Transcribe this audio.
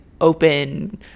open